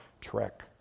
trek